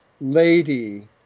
lady